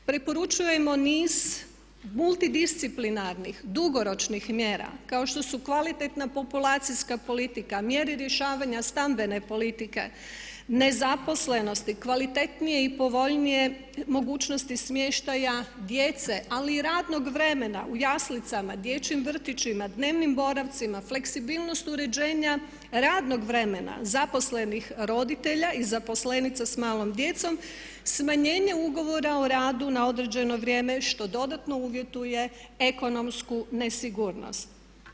Preporučujemo niz multidisciplinarnih, dugoročnih mjera kao što su kvalitetna populacijska politika, mjere rješavanja stambene politike, nezaposlenosti, kvalitetnije i povoljnije mogućnosti smještaja djece ali i radnog vremena u jaslicama, dječjim vrtićima, dnevnim boravcima, fleksibilnost uređenja radnog vremena zaposlenih roditelja i zaposlenica s malom djecom, smanjenje ugovora o radu na određeno vrijeme što dodatno uvjetuje ekonomsku nesigurnost.